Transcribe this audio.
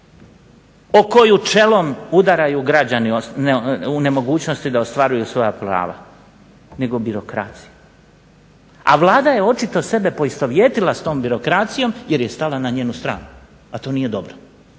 o koju čelom udaraju građani u nemogućnosti da ostvaruju svoja prava nego birokracija. A Vlada je očito sebe poistovjetila s tom birokracijom jer je stala na njenu stranu, a to nije dobro.